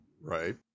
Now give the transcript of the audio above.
Right